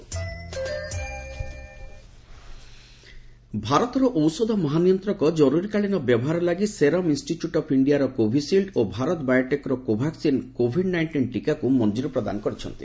DCGI approval ଭାରତର ଔଷଧ ମହାନିୟନ୍ତ୍ରକ ଜରୁରୀକାଳୀନ ବ୍ୟବହାର ଲାଗି ସେରମ୍ ଇନ୍ଷ୍ଟିଚ୍ୟୁଟ୍ ଅଫ୍ ଅ ୍ଇଷ୍ଟିଆର କୋଭିସିଲ୍ଡ୍ ଓ ଭାରତ ବାୟୋଟେକ୍ର କୋଭାକ୍ଟିନ୍ କୋଭିଡ୍ ନାଇଷ୍ଟିନ୍ ଟୀକାକୁ ମଞ୍ଜୁରି ପ୍ରଦାନ କରିଛନ୍ତି